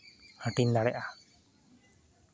ᱦᱟᱹᱴᱤᱧ ᱫᱟᱲᱮᱭᱟᱜᱼᱟ